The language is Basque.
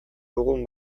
dugun